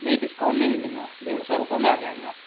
नहीं डिस्काउंट नहीं मिलेगा डेढ़ सौ रुपये में आ जाएगा